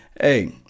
Hey